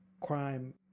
crime